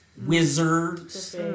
wizards